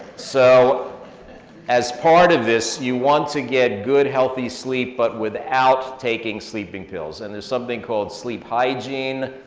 so as part of this, you want to get good healthy sleep, but without taking sleeping pills. and there's something called sleep hygiene,